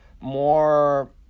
more